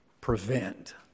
prevent